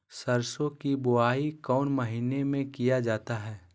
सरसो की बोआई कौन महीने में किया जाता है?